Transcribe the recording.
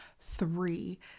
three